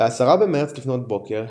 ב-10 במרץ לפנות בוקר,